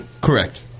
Correct